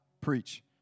preach